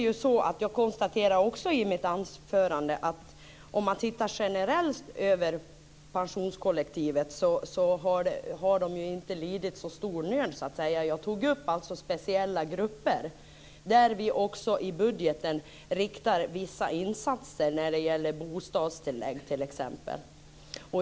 Jag konstaterade också i mitt anförande att pensionärerna inte har lidit så stor nöd om man ser på pensionärskollektivet generellt. Jag tog upp speciella grupper, mot vilka vi i budgeten riktar speciella insatser. Det gäller bostadstillägg, t.ex.